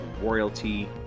royalty